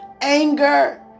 anger